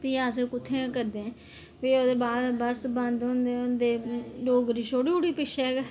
भी अस कुत्थें करदे भी ओह्दे बस बंद होंदे होंदे डोगरी छोड़ी ओड़ी पिच्छें गै